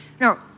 No